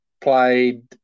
Played